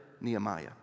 Nehemiah